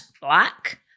black